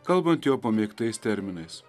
kalbant jo pamėgtais terminais